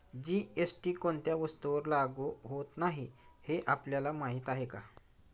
GST कोणत्या वस्तूंवर लागू होत नाही हे आपल्याला माहीत आहे का?